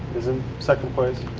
is in second place.